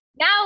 Now